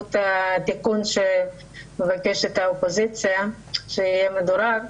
בזכות התיקון שמבקשת האופוזיציה שיהיה מדורג,